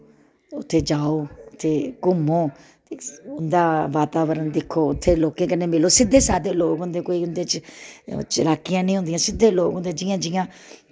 उत्थै जाओ ते घूमो उं'दा बाताबरण दिक्खो उत्थै दे लोकें कन्नै मिलो सिद्धे साद्धे लोग होंदे कोई उं'दे च चलाकियां निं होंदियां सिद्धे लोग होंदे जि'यां जि'यां